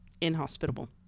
inhospitable